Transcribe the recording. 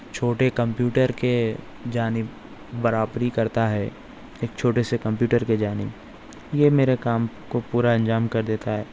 چھوٹے کمپیوٹر کے جانب برابری کرتا ہے ایک چھوٹے سے کمپیوٹر کے جانب یہ میرے کام کو پورا انجام کر دیتا ہے